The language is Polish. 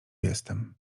jestem